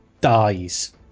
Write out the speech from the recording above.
dies